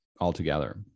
altogether